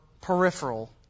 peripheral